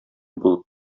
булып